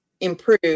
improve